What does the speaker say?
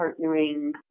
partnering